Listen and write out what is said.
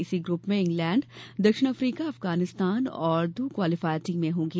इसी ग्रूप में इंग्लैंड दक्षिण अफ्रीका अफगानिस्तान और दो क्वालीफायर टीमें होंगी